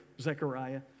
Zechariah